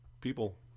people